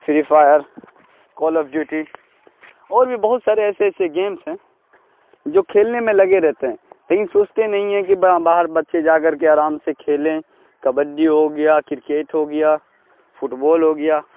free Fire Call of Duty اور بھی بہت سارے ایسے ایسے گیمس ہیں جو کھیلنے میں لگے رہتے ہیں لیکن سوچتے نہیں ہیں کہ باہر بچے جا کر کے آرام سے کھیلیں کبڈی ہو گیا کرکٹ ہو گیا فٹبال ہو گیا